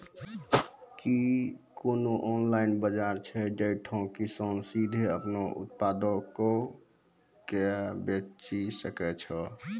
कि कोनो ऑनलाइन बजार छै जैठां किसान सीधे अपनो उत्पादो के बेची सकै छै?